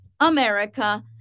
America